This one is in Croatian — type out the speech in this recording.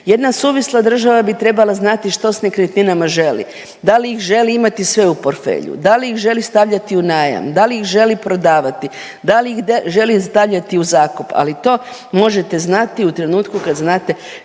Jedna suvisla država bi trebala znati što s nekretninama želi, da li ih želi imati sve u portfelju, da li ih želi stavljati u najam, da li ih želi prodavati, da li ih želi stavljati u zakup, ali to možete znati u trenutku kad znate